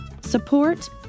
support